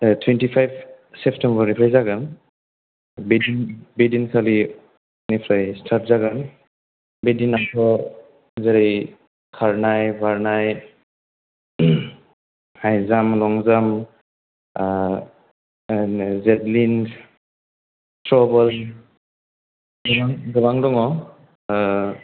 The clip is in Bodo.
टुइन्टिफाइभ सेप्तेम्बरनिफ्राइ जागोन बे दिन खालिनिफ्राय स्टार्ट जागोन बेदिनाव जेरै खारनाय बारनाय हाइजाम लंजाम जेबलिन थ्रबल गोबां दङ